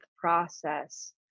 process